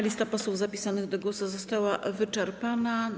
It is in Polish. Lista posłów zapisanych do głosu została wyczerpana.